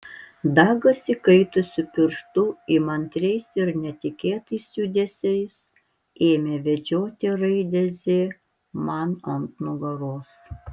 dagas įkaitusiu pirštu įmantriais ir netikėtais judesiais ėmė vedžioti raidę z man ant nugaros